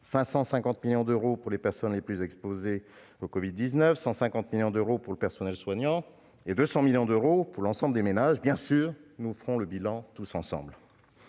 550 millions d'euros pour les personnes les plus exposées au covid-19, 150 millions d'euros pour le personnel soignant et 200 millions d'euros pour l'ensemble des ménages. Bien sûr, nous ferons ensemble